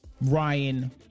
Ryan